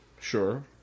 Sure